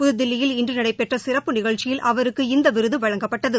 புதுதில்லியில் இன்று நடைபெற்ற சிறப்பு நிகழ்ச்சியில் அவருக்கு இந்த விருது வழங்கப்பட்டது